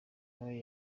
nawe